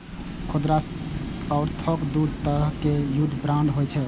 खुदरा आ थोक दू तरहक युद्ध बांड होइ छै